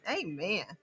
Amen